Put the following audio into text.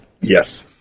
Yes